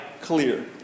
clear